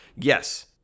Yes